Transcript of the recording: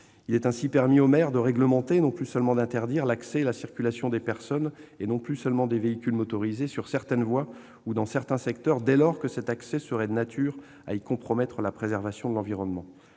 Le maire pourra ainsi réglementer, et non plus seulement interdire, l'accès et la circulation des personnes, et non plus des seuls véhicules motorisés, sur certaines voies ou dans certains secteurs, dès lors que cet accès serait de nature à y compromettre la préservation de l'environnement.